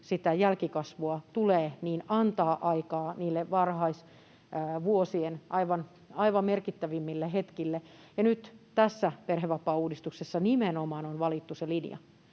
jälkikasvua tulee, antaa aikaa niille varhaisvuosien aivan merkittävimmille hetkille, ja nyt tässä perhevapaauudistuksessa nimenomaan on valittu se linja.